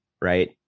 right